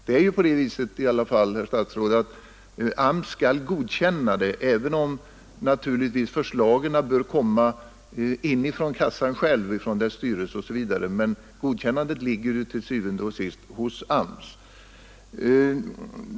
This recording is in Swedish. Det är i alla fall på det viset, herr statsråd, att även om naturligtvis förslagen bör komma inifrån kassan själv, från dess styrelse osv., ligger godkännandet til syvende og sidst hos AMS.